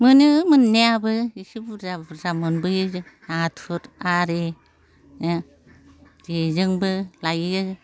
मोनो मोननायाबो एसे बुरजा बुरजा मोनबोयो नाथुर आरि जेजोंबो लाइयो